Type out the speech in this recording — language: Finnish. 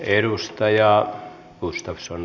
arvoisa puhemies